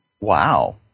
Wow